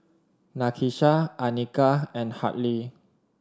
Nakisha Anika and Hartley